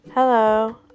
Hello